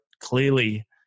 clearly